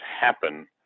happen